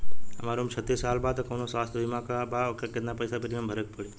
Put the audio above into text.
हमार उम्र छत्तिस साल बा त कौनों स्वास्थ्य बीमा बा का आ केतना पईसा प्रीमियम भरे के पड़ी?